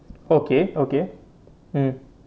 okay okay mm